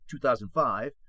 2005